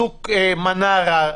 צוק מנרה,